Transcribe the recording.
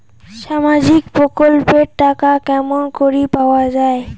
সামাজিক প্রকল্পের টাকা কেমন করি পাওয়া যায়?